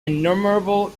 innumerable